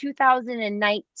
2019